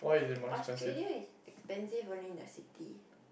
Australia is expensive only in the city